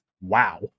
Wow